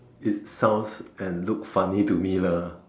it sounds and looks funny to me lah